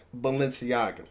Balenciaga